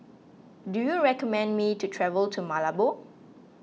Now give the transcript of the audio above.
do you recommend me to travel to Malabo